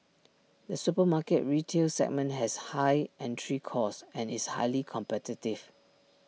the supermarket retail segment has high entry costs and is highly competitive